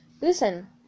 Listen